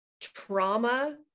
trauma